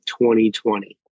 2020